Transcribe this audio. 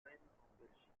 belgique